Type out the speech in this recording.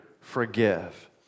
forgive